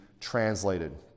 translated